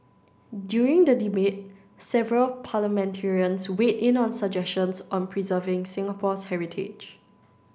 during the debate several parliamentarians weighed in on suggestions on preserving Singapore's heritage